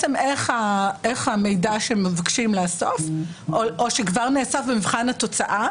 איך המידע שמבקשים לאסוף או שכבר נאסף במבחן התוצאה,